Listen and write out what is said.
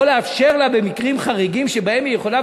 לא לאפשר לה במקרים חריגים שבהם היא יכולה,